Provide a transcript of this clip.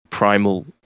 primal